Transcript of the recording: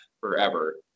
forever